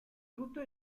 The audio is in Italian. tutto